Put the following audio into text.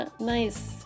nice